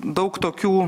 daug tokių